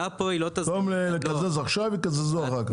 במקום לקזז עכשיו יקזזו אחר כך.